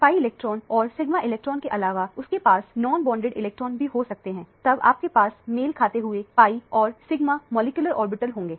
pi इलेक्ट्रॉनों और sigma electron के अलावाउनके पास नॉनबोंडेड इलेक्ट्रॉन भी हो सकते हैं तब आपके पास मेल खाते हुए pi और सिगमा मॉलिक्यूलर ऑर्बिटल होंगे